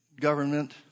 government